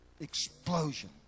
explosion